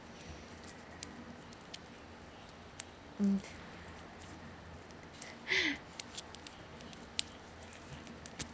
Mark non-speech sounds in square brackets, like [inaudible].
mm [breath]